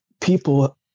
people